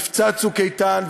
מבצע "צוק איתן",